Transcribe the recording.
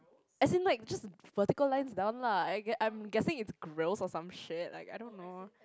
as in like just vertical lines down lah I ge~ I'm guessing it's grills or some shit like I don't know